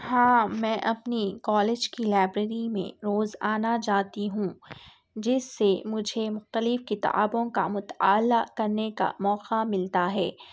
ہاں میں اپنی کالج کی لائبریری میں روز آنا جاتی ہوں جس سے مجھے مختلف کتابوں کا مطالعہ کرنے کا موقعہ ملتا ہے